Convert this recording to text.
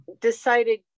decided